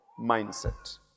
mindset